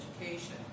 education